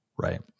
right